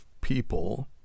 people